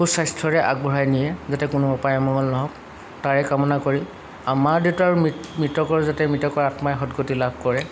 সুস্বাস্থ্যৰে আগবঢ়াই নিয়ে যাতে কোনো অপায় অমঙ্গল নহওক তাৰে কামনা কৰি আও মা দেউতাৰ মৃতকৰ যাতে মৃতকৰ আত্মাই সদগতি লাভ কৰে